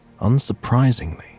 Unsurprisingly